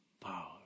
power